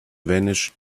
vanished